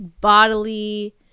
bodily